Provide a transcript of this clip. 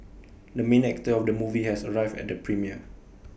the main actor of the movie has arrived at the premiere